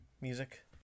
music